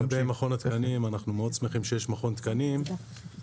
לגבי מכון התקנים ,אנחנו מאוד שמחים שיש מכון תקנים ובאמת